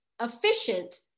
efficient